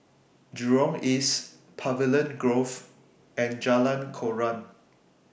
Jurong East Pavilion Grove and Jalan Koran